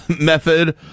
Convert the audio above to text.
method